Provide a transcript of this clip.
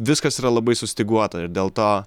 viskas yra labai sustyguota ir dėl to